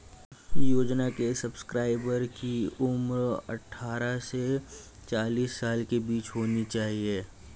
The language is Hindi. योजना के सब्सक्राइबर की उम्र अट्ठारह से चालीस साल के बीच होनी चाहिए